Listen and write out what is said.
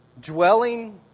dwelling